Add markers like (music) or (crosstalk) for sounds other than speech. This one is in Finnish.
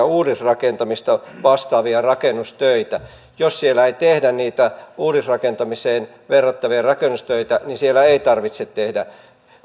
(unintelligible) uudisrakentamista vastaavia rakennustöitä jos siellä ei tehdä niitä uudisrakentamiseen verrattavia rakennustöitä niin siellä ei tarvitse tehdä